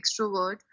extrovert